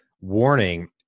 warning